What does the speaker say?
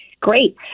Great